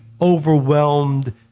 overwhelmed